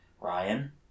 Ryan